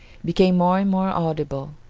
became more and more audible,